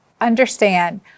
understand